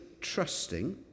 trusting